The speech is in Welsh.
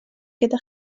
gyda